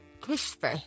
Crispy